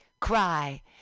cry